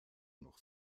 noch